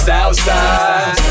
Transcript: Southside